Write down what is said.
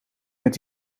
met